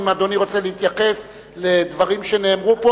אם אדוני רוצה להתייחס לדברים שנאמרו פה,